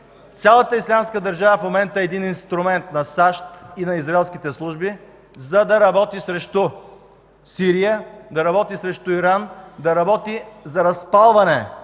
Цялата „Ислямска държава” в момента е един инструмент на САЩ и израелските служби, за да работи срещу Сирия, да работи срещу Иран, да работи за разпалване